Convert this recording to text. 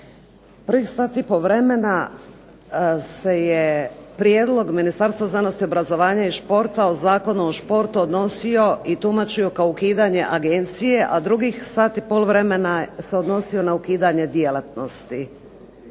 Prvih sat i po vremena se je prijedlog Ministarstva znanosti, obrazovanja i športa o Zakonu o športu odnosio i tumačio kao ukidanje agencije, a drugih sat i pol vremena se odnosio na ukidanje djelatnosti.